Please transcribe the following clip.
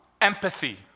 empathy